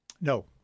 No